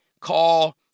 call